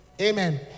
Amen